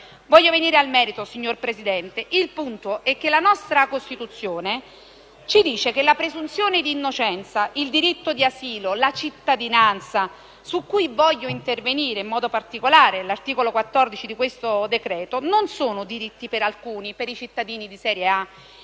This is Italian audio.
quindi venire al merito, signor Presidente. Il punto è che la nostra Costituzione ci dice che la presunzione di innocenza, il diritto di asilo e la cittadinanza, su cui voglio intervenire in modo particolare con riferimento all'articolo 14 del decreto-legge in esame, non sono diritti per alcuni, i cittadini di serie A,